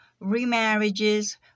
remarriages